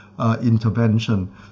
intervention